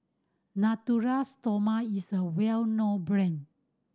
Natura Stoma is a well known brand